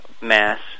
mass